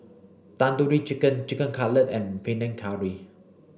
Tandoori Chicken Chicken Cutlet and Panang Curry